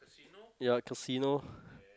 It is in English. ya casino